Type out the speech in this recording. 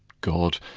god,